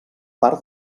part